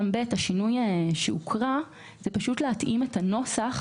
השינוי שהוקרא בסעיף קטן (ב) הוא כדי להתאים את הנוסח